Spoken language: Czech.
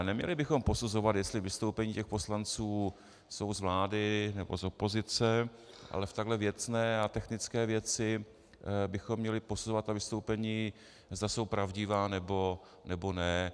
Neměli bychom posuzovat, jestli vystoupení těch poslanců jsou z vlády, nebo z opozice, ale v takhle věcné a technické věci bychom měli posuzovat vystoupení, zda jsou pravdivá, nebo ne.